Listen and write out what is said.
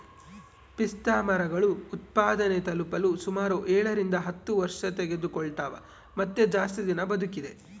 ಪಿಸ್ತಾಮರಗಳು ಉತ್ಪಾದನೆ ತಲುಪಲು ಸುಮಾರು ಏಳರಿಂದ ಹತ್ತು ವರ್ಷತೆಗೆದುಕೊಳ್ತವ ಮತ್ತೆ ಜಾಸ್ತಿ ದಿನ ಬದುಕಿದೆ